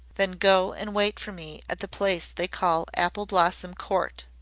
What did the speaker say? then go and wait for me at the place they call apple blossom court.